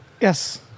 Yes